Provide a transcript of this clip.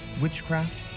witchcraft